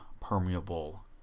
permeable